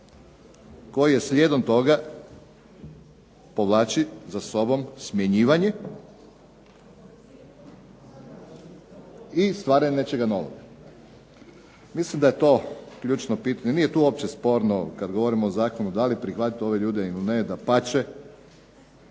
koji je slijedom toga povlači za sobom smjenjivanje i stvaranje nečega novog. Mislim da je to ključno pitanje. Nije tu opće sporno kada govorimo o zakonu da li prihvatiti ove ljude ili ne, dapače.